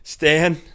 Stan